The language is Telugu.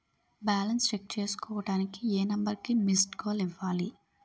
బాలన్స్ చెక్ చేసుకోవటానికి ఏ నంబర్ కి మిస్డ్ కాల్ ఇవ్వాలి?